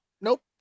nope